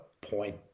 point